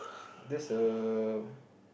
that's a